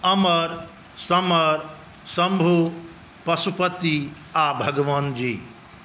अमर समर शम्भु पशुपति आओर भगवानजी